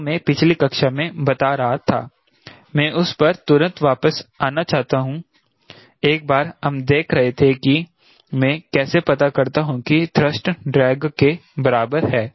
जो मैं पिछली कक्षा में बता रहा था मैं उस पर तुरंत वापस आना चाहता हूं एक बार हम देख रहे थे कि मै कैसे पता करता हूं कि थ्रस्ट ड्रैग के बराबर है